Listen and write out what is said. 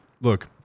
look